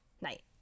night